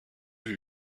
lui